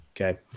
Okay